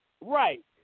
Right